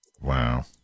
Wow